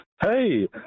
Hey